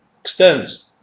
extends